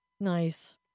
nice